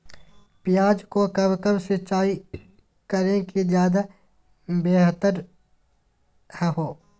प्याज को कब कब सिंचाई करे कि ज्यादा व्यहतर हहो?